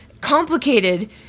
complicated